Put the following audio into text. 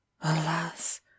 alas